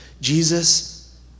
Jesus